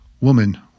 Woman